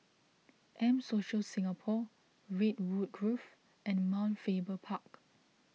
M Social Singapore Redwood Grove and Mount Faber Park